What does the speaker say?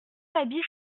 l’habit